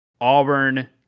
Auburn